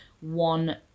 one